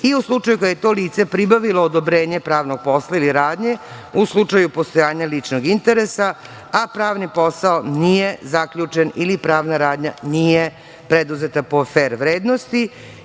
i u slučaju kada je to lice pribavilo odobrenje pravnog posla ili radnje u slučaju postojanja ličnog interesa, a pravni posao nije zaključen ili pravna radnja nije preduzeta po fer vrednosti.